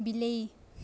ବିଲେଇ